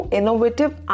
innovative